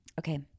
Okay